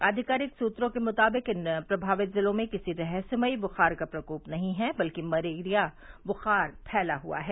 आधिकारिक सूत्रों के मुताबिक इन प्रभावित जिलों में किसी रहस्यमयी बुखार का प्रकोप नहीं है बल्कि मलेरिया बुखार फैल रहा है